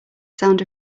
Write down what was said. sound